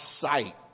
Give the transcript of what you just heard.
sight